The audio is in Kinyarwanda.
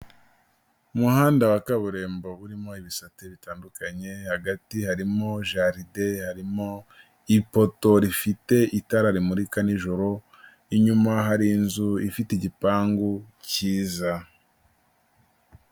Umuhanda wa kaburimbo urimo ibisate bitandukanye, hagati harimo jaride, harimo ipoto rifite itara rimurika nijoro, inyuma hari inzu ifite igipangu cyiza.